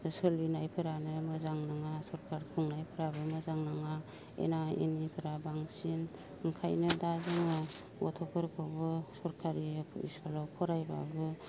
सोलिनायफोरानो मोजां नङा सरखार खुंनायफ्राबो मोजां नङा एना एनिफ्रा बांसिन ओंखायनो दा जोङो गथ'फोरखौबो सरखारि स्कुलाव फरायब्लाबो